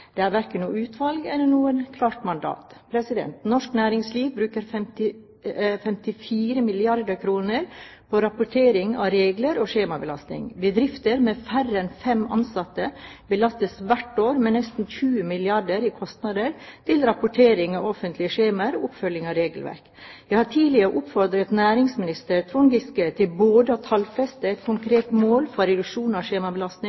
Det er verken noe utvalg eller noe klart mandat. Norsk næringsliv bruker 54 milliarder kr på rapportering av regler og skjemabelastning. Bedrifter med færre enn fem ansatte belastes hvert år med nesten 20 milliarder kr i kostnader til rapportering av offentlige skjemaer og oppfølging av regelverk. Jeg har tidligere oppfordret næringsminister Trond Giske til både å tallfeste et konkret mål for reduksjon av